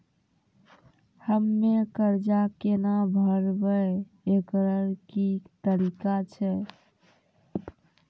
हम्मय कर्जा केना भरबै, एकरऽ की तरीका छै?